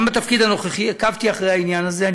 וגם בתפקיד הנוכחי עקבתי אחרי העניין הזה.